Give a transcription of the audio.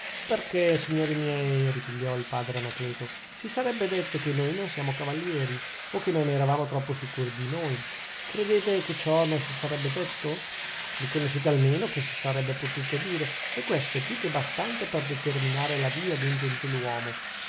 perchè signori miei ripigliò il padre anacleto si sarebbe detto che noi non siamo cavalieri o che non eravamo troppo sicuri di noi credete che ciò non si sarebbe detto riconoscete almeno che si sarebbe potuto dire e questo è più che bastante per determinare la via d'un gentiluomo